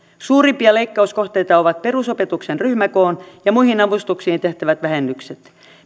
suurimpia leikkauskohteita ovat perusopetuksen ryhmäkoon pienentämiseen suunnattuihin ja muihin avustuksiin tehtävät vähennykset